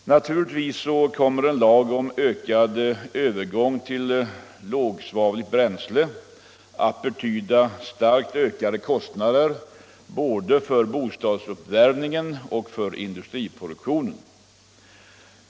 Naturligtvis kommer en lag om ökad övergång till lågsvavligt bränsle att betyda starkt ökade kostnader både för bostadsuppvärmningen och för industriproduktionen.